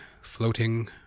floating